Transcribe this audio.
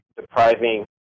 depriving